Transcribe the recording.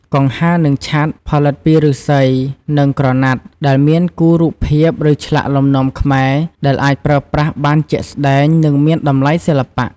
កង្ហារ និងឆ័ត្រ ផលិតពីឫស្សី និងក្រណាត់ ដោយមានគូរូបភាព ឬឆ្លាក់លំនាំខ្មែរ ដែលអាចប្រើប្រាស់បានជាក់ស្តែង និងមានតម្លៃសិល្បៈ។